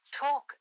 talk